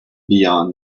beyond